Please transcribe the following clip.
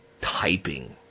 typing